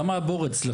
כמה הבור אצלכם?